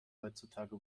heutzutage